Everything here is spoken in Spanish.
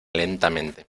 lentamente